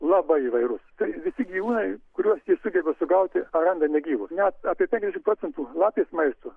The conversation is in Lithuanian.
labai įvairus tai visi gyvūnai kuriuos ji sugeba sugauti ar randa negyvus net apie penkiasdešimt procentų lapės maisto